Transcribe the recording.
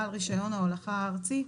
בעל רישיון ההולכה הארצי,